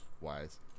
wise